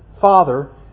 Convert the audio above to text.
father